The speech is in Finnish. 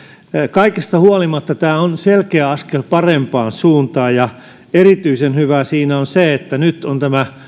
kaikesta huolimatta tämä on selkeä askel parempaan suuntaan ja erityisen hyvää siinä on se että nyt on tämä